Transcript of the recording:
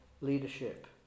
leadership